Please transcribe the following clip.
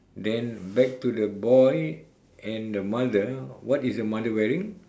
then back to the boy and the mother what is the mother wearing